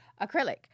acrylic